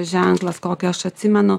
ženklas kokį aš atsimenu